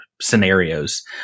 scenarios